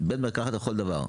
הוא בית מרקחת לכול דבר.